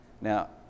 Now